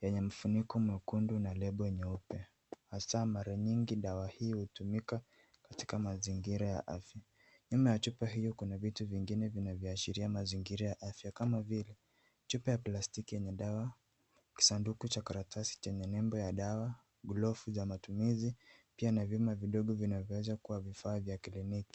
yenye mfuniko mwekundu na lebo nyeupe. Hasa mara nyingi dawa hii hutumika katika mazingira ya afya. Nyuma ya chupa hiyo kuna vitu vingine vinavyoashiria mazingira ya afya kama vile chupa ya plastiki yenye dawa, kisanduku cha karatasi chenye nembo ya dawa, glovu za matumizi pia na vyuma vidogo vinavyoweza kuwa vifaa vya kliniki.